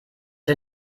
der